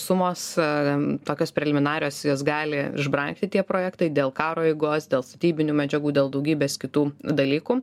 sumos tokios preliminarios jos gali išbrangti tie projektai dėl karo eigos dėl statybinių medžiagų dėl daugybės kitų dalykų